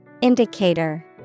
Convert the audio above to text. Indicator